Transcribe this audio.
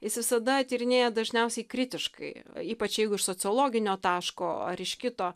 jis visada tyrinėja dažniausiai kritiškai ypač jeigu iš sociologinio taško ar iš kito